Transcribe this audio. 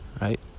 right